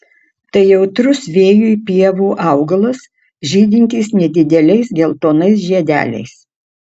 tai jautrus vėjui pievų augalas žydintis nedideliais geltonais žiedeliais